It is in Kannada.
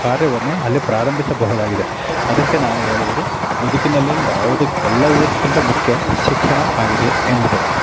ಕಾರ್ಯವನ್ನು ಅಲ್ಲಿ ಪ್ರಾರಂಭಿಸಬಹುದಾಗಿದೆ ಅದಕ್ಕೆ ನಾನು ಹೇಳುವುದು ಬದುಕಿನಲ್ಲಿ ಯಾವುದಕ್ಕೆ ಎಲ್ಲದಕ್ಕಿಂತ ಮುಖ್ಯ ಶಿಕ್ಷಣ ಆಗಿದೆ ಎಂಬುದು